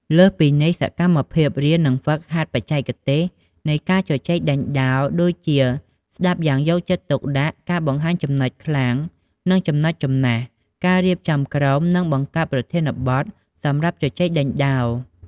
លើសពីនេះ សកម្មភាពរៀននិងហ្វឹកហាត់បច្ចេកទេសនៃការជជែកដេញដោល ដូចជាស្តាប់យ៉ាងយកចិត្តទុកដាក់ ការបង្ហាញចំណុចខ្លាំង និងចំណុចចំណាស់ ការរៀបចំក្រុម និងបង្កើតប្រធានបទសម្រាប់ជជែកដេញដោល។